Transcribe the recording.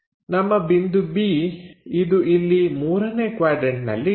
ನಮ್ಮ ಬಿಂದು B ಇದು ಇಲ್ಲಿ ಮೂರನೇ ಕ್ವಾಡ್ರನ್ಟನಲ್ಲಿ ಇದೆ